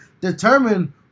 determine